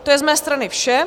To je z mé strany vše.